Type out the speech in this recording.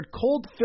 cold